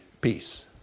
peace